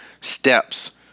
steps